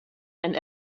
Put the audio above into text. and